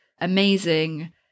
amazing